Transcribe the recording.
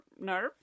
nerve